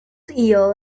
eel